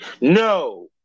No